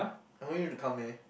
I want you to come eh